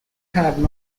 had